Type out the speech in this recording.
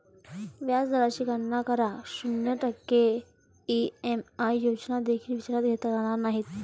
व्याज दराची गणना करा, शून्य टक्के ई.एम.आय योजना देखील विचारात घेतल्या जाणार नाहीत